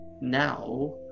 now